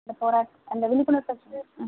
அந்த போராட் அந்த விழிப்புணர்வை வந்து ஆ